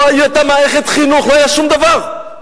לא היתה מערכת חינוך ולא היה שום דבר.